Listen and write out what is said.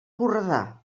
borredà